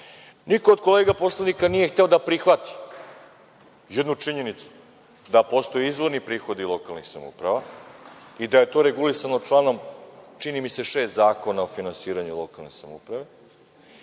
od kolega poslanika nije hteo da prihvati jednu činjenicu, da postoje izvorni prihodi lokalnih samouprava i da je to regulisano članom, čini mi se, 6. Zakona o finansiranju lokalnih samouprava